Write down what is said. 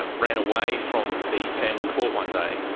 and ran away from the family court one day,